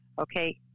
okay